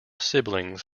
siblings